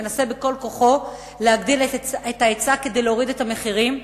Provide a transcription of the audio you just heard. שמנסה בכל כוחו להגדיל את ההיצע כדי להוריד את המחירים.